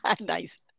Nice